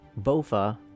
Bofa